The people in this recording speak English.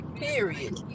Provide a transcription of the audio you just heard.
period